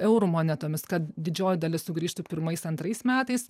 eurų monetomis kad didžioji dalis sugrįžtų pirmais antrais metais